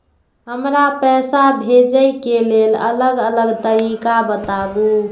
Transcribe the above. हमरा पैसा भेजै के लेल अलग अलग तरीका बताबु?